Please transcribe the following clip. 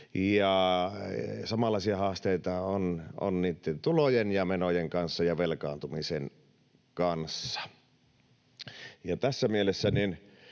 samanlaisia haasteita on niitten tulojen ja menojen kanssa ja velkaantumisen kanssa. Tässä mielessä